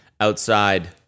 outside